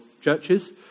churches